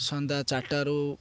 ସନ୍ଧ୍ୟା ଚାରିଟାରୁ